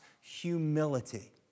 humility